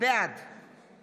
בעד